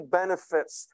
benefits